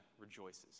rejoices